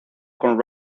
con